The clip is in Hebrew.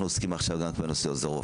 אנחנו עוסקים עכשיו בנושא הזה.